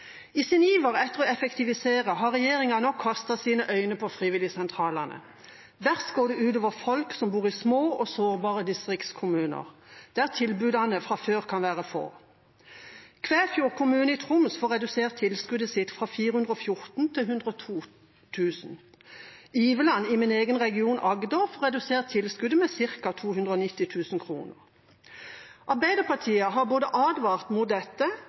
I sin iver etter å effektivisere har regjeringa nå kastet sine øyne på frivilligsentralene. Verst går det ut over folk som bor i små og sårbare distriktskommuner, der tilbudene fra før kan være få. Kvæfjord kommune i Troms får redusert tilskuddet sitt fra 414 000 til 102 000 kr. Iveland, i min egen region, Agder, får redusert tilskuddet med ca. 290 000 kr. Arbeiderpartiet har både advart mot dette